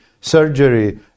surgery